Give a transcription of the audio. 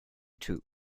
two